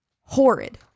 horrid